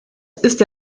ist